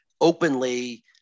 openly